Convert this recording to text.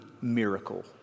miracle